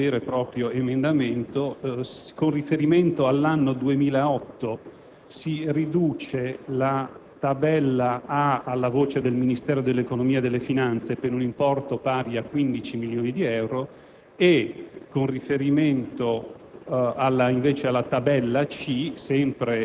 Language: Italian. Infine, e questo è il vero e proprio emendamento, con riferimento all'anno 2008, si riduce la Tabella A, alla voce Ministero dell'economia e delle finanze, per un importo pari a 15 milioni di euro, e con riferimento